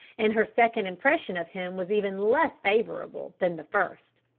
and her second impression of him was even less favourable than the first.